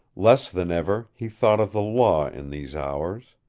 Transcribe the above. less than ever he thought of the law in these hours.